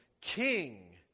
King